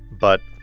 but